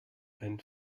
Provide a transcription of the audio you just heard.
ein